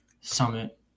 Summit